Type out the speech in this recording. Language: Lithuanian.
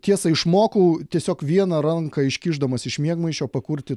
tiesa išmokau tiesiog vieną ranką iškišdamas iš miegmaišio pakurti